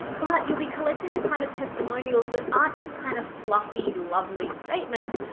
but you'll be collecting the kind of testimonials that aren't just kind of fluffy, lovely statements,